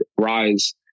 rise